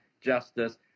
justice